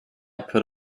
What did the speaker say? put